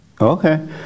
okay